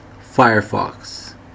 Firefox